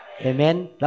Amen